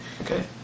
Okay